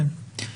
כן,